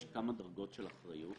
יש כמה דרגות של אחריות.